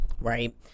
Right